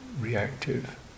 reactive